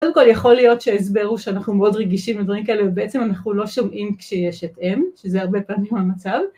קודם כל יכול להיות שההסבר הוא שאנחנו מאוד רגישים לדברים כאלה ובעצם אנחנו לא שומעים כשיש התאם, שזה הרבה פעמים המצב.